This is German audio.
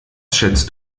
schätzt